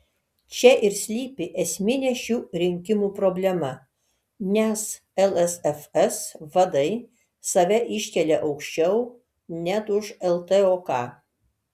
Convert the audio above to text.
čia ir slypi esminė šių rinkimų problema nes lsfs vadai save iškelia aukščiau net už ltok